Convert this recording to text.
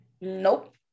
nope